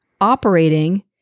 operating